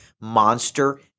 monster